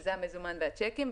שזה המזומן והצ'קים,